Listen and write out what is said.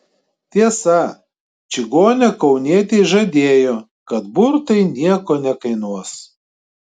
tiesa čigonė kaunietei žadėjo kad burtai nieko nekainuos